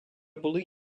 були